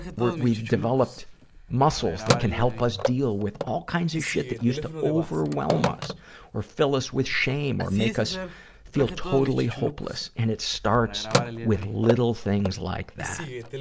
we're, we've developed muscles that can help us deal with all kinds of shit that used to overwhelm us or fill us with shame or make us feel totally hopefully. and it starts with little things like that.